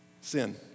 Sin